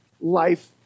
life